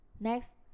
Next